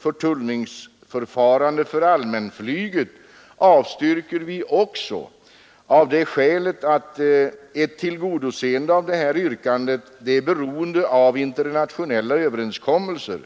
förtullningsförfarandet för allmänflyget, avstyrker vi också av det skälet att ett tillgodoseende av det yrkandet är beroende av internationella överenskommelser.